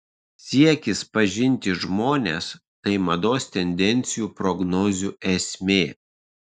siekis pažinti žmones tai mados tendencijų prognozių esmė